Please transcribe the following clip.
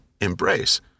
embrace